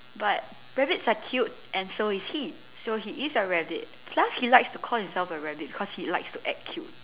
but rabbits are cute and so is he so he is a rabbit plus he likes to call himself a rabbit cause he likes to act cute